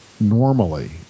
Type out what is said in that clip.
normally